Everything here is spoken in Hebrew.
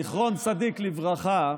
זיכרון צדיק לברכה,